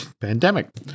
pandemic